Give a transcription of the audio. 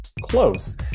Close